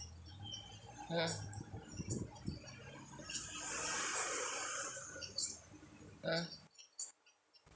mmhmm mm